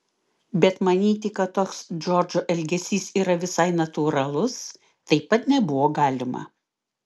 bet manyti kad toks džordžo elgesys yra visai natūralus taip pat nebuvo galima